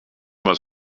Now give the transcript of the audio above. was